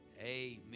Amen